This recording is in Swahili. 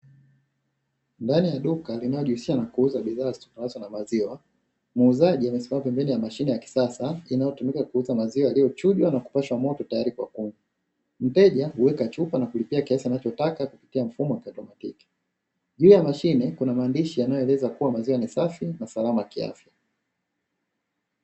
Ndani ya duka linaojihusisha na kuuza bidhaa zitokanazo na maziwa, muuzaji amesimama pembeni ya mashine ya kisasa inayotumika kuuza maziwa yaliyochujwa na kupashwa moto tayari kwa kunywa. Mteja huweka chupa na kulipia kiasi anachotaka kupitia mfumo wa kiautomatiki. Juu ya mashine kuna maandishi yanayoeleza kuwa maziwa ni safi na salama kiafya.